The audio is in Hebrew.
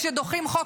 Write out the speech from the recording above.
אז כשדוחים חוק,